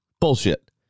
bullshit